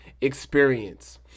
experience